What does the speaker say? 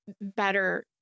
better